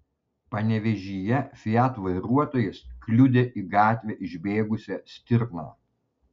panevėžyje fiat vairuotojas kliudė į gatvę išbėgusią stirną